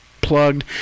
plugged